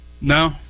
No